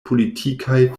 politikaj